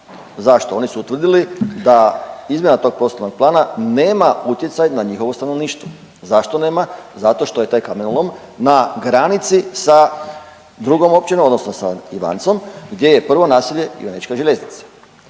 Zašto? Oni su utvrdili da izmjena tog prostornog plana nema utjecaj na njihovo stanovništvo. Zašto nema? Zato što je taj kamenolom na granici sa drugom općinom odnosno sa Ivancom gdje je prvo naselje Ivanečka Željeznica